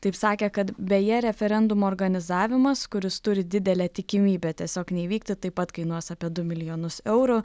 taip sakė kad beje referendumo organizavimas kuris turi didelę tikimybę tiesiog neįvykti taip pat kainuos apie du milijonus eurų